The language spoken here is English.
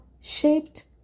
shaped